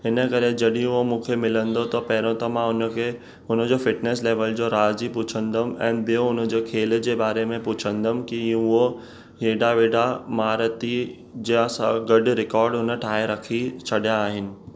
हिन करे जॾियूं उहो मूंखे मिलंदो त पहिरों त मां हुनखे हुनजो फिटनेस लेवल जो राज़ ई पुछंदुमि ऐं ॿियों उनजो खेल जे बारे में पुछंदुमि की उहो हेॾा वेॾा महारथी जा सां गॾु रिकॉर्ड हुन ठाहे रखी छॾिया आहिनि